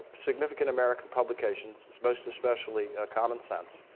significant american publications, most especially common sense,